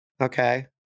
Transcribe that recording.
okay